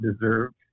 deserved